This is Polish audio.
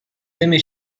tymi